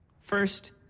First